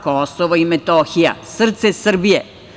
Kosovo i Metohija, srce Srbije.